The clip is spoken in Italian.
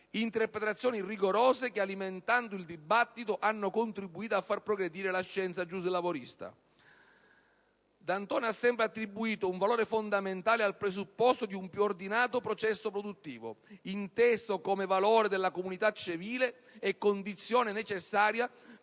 Interpretazioni rigorose che alimentando il dibattito hanno contribuito a far progredire la scienza giuslavorista. D'Antona ha sempre attribuito un valore fondamentale al presupposto di un più ordinato processo produttivo, inteso come valore della comunità civile e condizione necessaria per l'effettiva